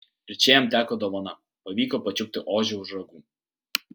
ir čia jam teko dovana pavyko pačiupti ožį už ragų